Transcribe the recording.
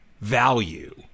value